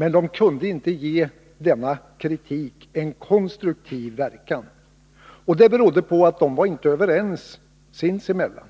Men de kunde inte ge denna kritik en konstruktiv verkan. Det berodde på att de inte var överens sinsemellan: